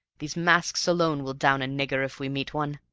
these masks alone will down a nigger, if we meet one.